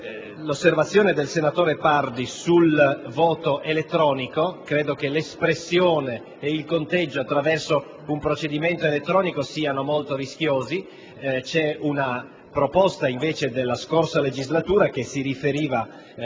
l'osservazione del senatore Pardi sul voto elettronico. Credo che l'espressione ed il conteggio dei voti attraverso un procedimento elettronico siano molto rischiosi. Ricordo una proposta fatta nella scorsa legislatura dall'allora